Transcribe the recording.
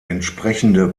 entsprechende